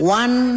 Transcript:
one